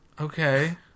Okay